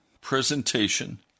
presentation